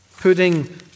putting